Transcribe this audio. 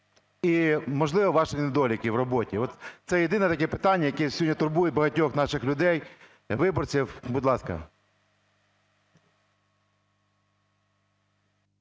і, можливо, ваші недоліки в роботі. От це єдине таке питання, яке сьогодні турбує багатьох наших людей, виборців. Будь ласка.